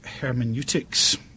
hermeneutics